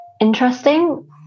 interesting